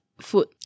food